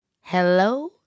Hello